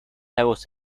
lagos